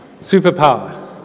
Superpower